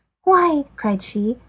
why, cried she,